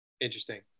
Interesting